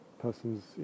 person's